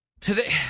Today